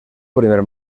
primer